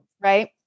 right